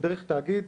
דרך תאגיד,